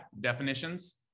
definitions